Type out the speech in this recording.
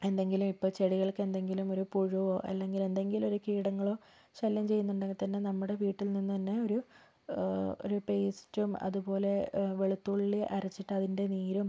എന്തെങ്കിലും ഇപ്പം ചെടികൾക്ക് എന്തെങ്കിലും ഒരു പുഴുവോ അല്ലെങ്കിൽ എന്തെങ്കിലും ഒരു കീടങ്ങളോ ശല്യം ചെയ്യുന്നുണ്ടെങ്കിൽ തന്നെ നമ്മുടെ വീട്ടിൽ നിന്ന് തന്നെ ഒരു പേസ്റ്റും അതുപോലെ വെളുത്തുള്ളി അരച്ചിട്ട് അതിൻ്റെ നീരും